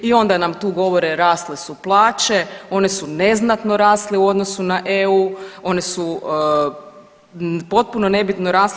I onda nam tu govore rasle su plaće, one su neznatno rasle u odnosu na EU, one su potpuno nebitno rasle.